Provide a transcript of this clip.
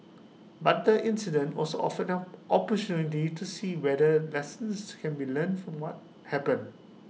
but the incident also offered an opportunity to see whether lessons can be learned from what happened